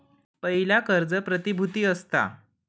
पयला कर्ज प्रतिभुती असता